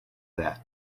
that